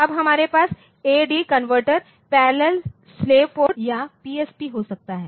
अब हमारे पास A D converter converter parallel slave port या पीएसपी हो सकता है